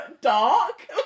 dark